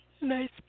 Nice